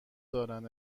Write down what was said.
دارند